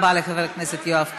תודה רבה לחבר הכנסת יואב קיש,